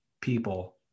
people